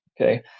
Okay